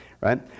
right